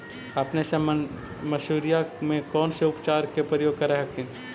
अपने सब मसुरिया मे कौन से उपचार के प्रयोग कर हखिन?